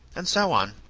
and so on.